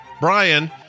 Brian